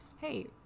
Hey